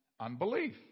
unbelief